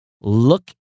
look